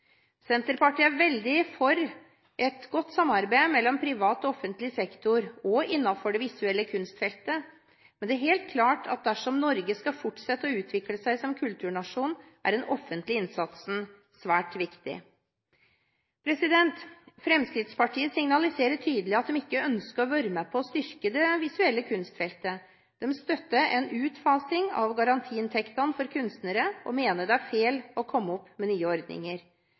Senterpartiet er veldig for et godt samarbeid mellom privat og offentlig sektor, også innenfor det visuelle kunstfeltet, men det er helt klart at dersom Norge skal fortsette å utvikle seg som kulturnasjon, er den offentlige innsatsen svært viktig. Fremskrittspartiet signaliserer tydelig at de ikke ønsker å være med på å styrke det visuelle kunstfeltet. De støtter en utfasing av garantiinntektene for kunstnere og mener at det er feil å komme opp med nye ordninger.